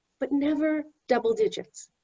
but never double digits.